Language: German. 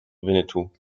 winnetou